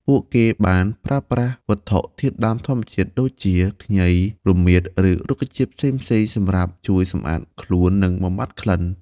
ពួកគេបានប្រើប្រាស់វត្ថុធាតុដើមធម្មជាតិដូចជា ខ្ញី រមៀត ឬរុក្ខជាតិផ្សេងៗសម្រាប់ជួយសម្អាតខ្លួន និងបំបាត់ក្លិន។